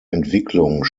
entwicklung